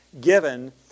Given